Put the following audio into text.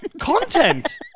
Content